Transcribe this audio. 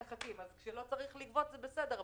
כשלא צריך לגבות זה בסדר,